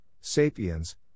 Sapiens